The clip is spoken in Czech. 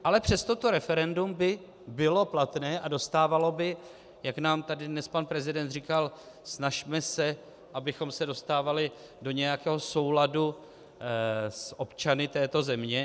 Ale přesto to referendum by bylo platné a dostávalo by, jak nám tady dnes pan prezident říkal: snažme se, abychom se dostávali do nějakého souladu s občany této země.